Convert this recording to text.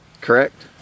correct